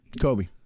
Kobe